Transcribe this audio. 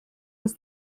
was